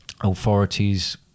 authorities